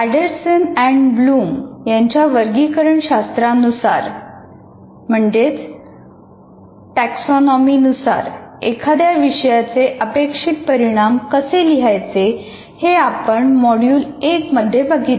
Anderson आणि Bloom यांच्या वर्गीकरण शास्त्रानुसार एखाद्या विषयाचे अपेक्षित परिणाम कसे लिहायचे हे आपण मॉड्यूल एक मध्ये बघितले